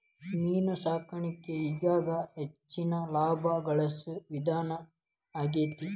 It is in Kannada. ಮೇನು ಸಾಕಾಣಿಕೆ ಈಗೇಗ ಹೆಚ್ಚಿನ ಲಾಭಾ ಗಳಸು ವಿಧಾನಾ ಆಗೆತಿ